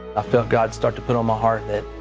i felt god start to put on my heart that,